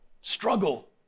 struggle